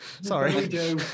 Sorry